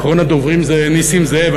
אחרון הדוברים זה נסים זאב,